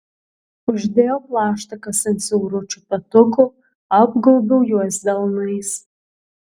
uždėjau plaštakas ant siauručių petukų apgaubiau juos delnais